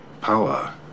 Power